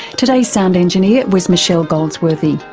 today's sound engineer was michelle goldsworthy,